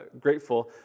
grateful